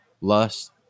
lust